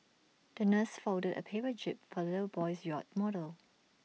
the nurse folded A paper jib for little boy's yacht model